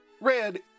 Red